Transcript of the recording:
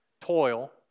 Toil